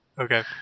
Okay